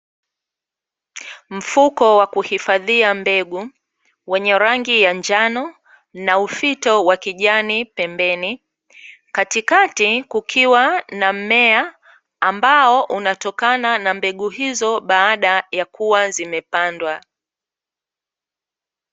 Mfuko wa kuhifadhia mbegu wenye rangi ya njano na ufito wa kijani pembeni, katikati kukiwa na mmea ambao unatokana na mbegu hizo baada ya kuwa zimepandwa .